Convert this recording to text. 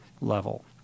level